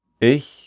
ich